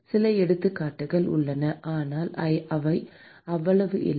சில எடுத்துக்காட்டுகள் உள்ளன ஆனால் அவை அவ்வளவு இல்லை